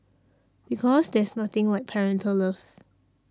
because there's nothing like parental love